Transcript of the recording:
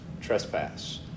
trespass